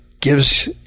gives